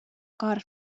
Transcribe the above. kaart